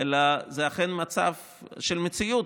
אלא זה אכן מצב של מציאות.